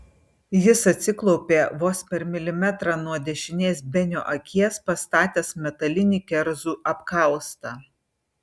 jis atsiklaupė vos per milimetrą nuo dešinės benio akies pastatęs metalinį kerzų apkaustą